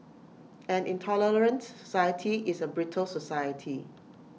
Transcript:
an intolerant society is A brittle society